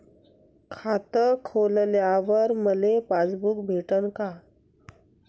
खातं खोलल्यावर मले पासबुक भेटन का?